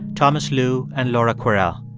thomas lu and laura kwerel.